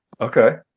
Okay